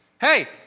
hey